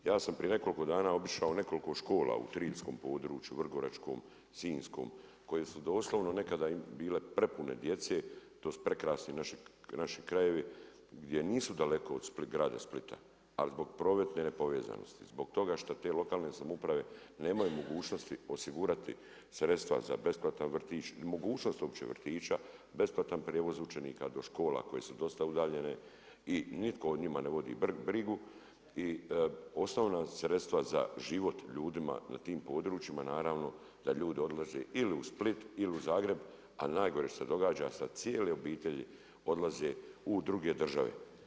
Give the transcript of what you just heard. Ja sam prije nekoliko dana obišao nekoliko škola u triljskom području, vrgoračkom, sinjskom koji su doslovno nekada bile prepune djece, to su prekrasni naši krajevi, gdje nisu daleko od grada Splita ali zbog prometne nepovezanosti, zbog toga šta te lokalne samouprave nemaju mogućnosti osigurati sredstva za besplatan vrtić, mogućnost uopće vrtića, besplatan prijevoz učenika do škola koje su dosta udaljene i nitko o njima ne vodi brigu i osnovna sredstava za život ljudima na tim područjima naravno, da ljudi odlaze ili u Split ili u Zagreb, a najgore što se događa sa cijelom obitelji, odlaze u druge države.